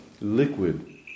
liquid